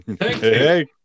Hey